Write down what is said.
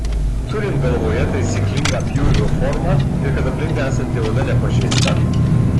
turint galvoje taisyklingą pjūvio formą ir kad aplink esanti oda nepažeista